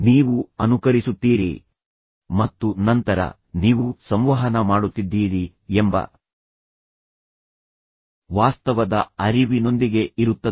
ನೀವು ಅನುಕರಿಸುತ್ತೀರಿ ಮತ್ತು ನಂತರ ನೀವು ಸಂವಹನ ಮಾಡುತ್ತಿದ್ದೀರಿ ಎಂಬ ವಾಸ್ತವದ ಅರಿವಿನೊಂದಿಗೆ ಇರುತ್ತದೆ